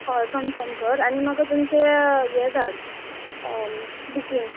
हय कन्फर्म कर आनी म्हाका तुमचे हें धाड बुकींग